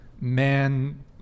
man